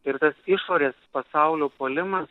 ir tas išorės pasaulio puolimas